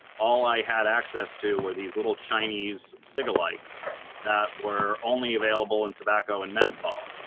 all i had access to were these little chinese cigalikes that were only available in tobacco and menthol.